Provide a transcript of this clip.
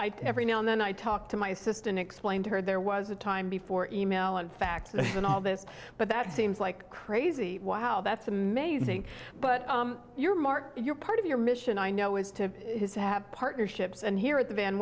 i every now and then i talk to my assistant explained to her there was a time before e mail in fact and all this but that seems like crazy wow that's amazing but your mark your part of your mission i know is to have partnerships and here at the van